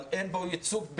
אבל אין בו בכלל ייצוג.